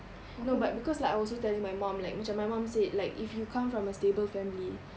no but because like I was also telling my mum like macam my mum said if you come from a stable family